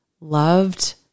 loved